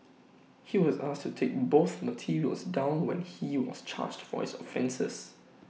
he was asked to take both materials down when he was charged for his offences